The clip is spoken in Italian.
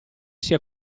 sia